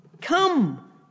Come